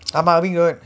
ஆமா:aamaa road